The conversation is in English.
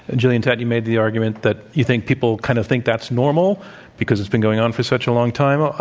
and gillian tett, you made the argument that you think people kind of think that's normal because it's been going on for such a long time. ah